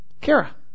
Kara